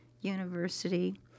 University